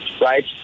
right